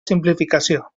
simplificació